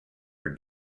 her